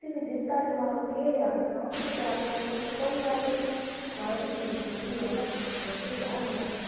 फ्ही में दित्ता जवाब केह् आखना उन्नै बी आखेआ चलो कोई गल्ल नेईं थोआढ़ी मजबूरी ऐ ना तुस ते जा दे गै हे